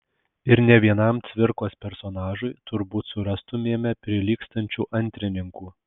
ir ne vienam cvirkos personažui turbūt surastumėme prilygstančių antrininkų